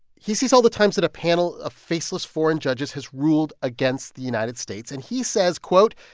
he sees all the times that a panel of faceless foreign judges has ruled against the united states. and he says, quote,